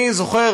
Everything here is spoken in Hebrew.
אני זוכר,